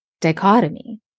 dichotomy